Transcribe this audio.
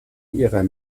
ihrer